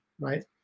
right